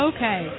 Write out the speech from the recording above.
Okay